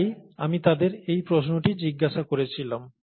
তাই আমি তাদের এই প্রশ্নটি জিজ্ঞাসা করেছিলাম